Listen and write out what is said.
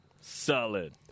Solid